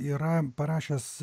yra parašęs